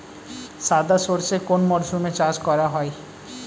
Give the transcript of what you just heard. সাদা সর্ষে কোন মরশুমে চাষ করা হয়?